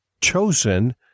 chosen